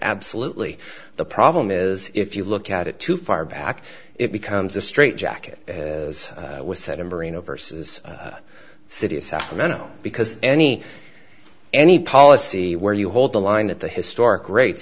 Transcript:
absolutely the problem is if you look at it too far back it becomes a straight jacket with set a marina versus city of sacramento because any any policy where you hold the line at the historic rates